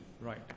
Right